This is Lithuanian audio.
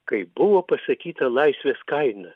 kaip buvo pasakyta laisvės kaina